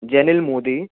Jenil Modi